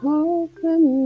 open